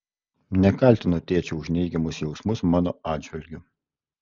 nekaltinu tėčio už neigiamus jausmus mano atžvilgiu